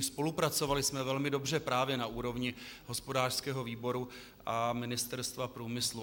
Spolupracovali jsme velmi dobře právě na úrovni hospodářského výboru a Ministerstva průmyslu.